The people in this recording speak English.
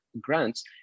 grants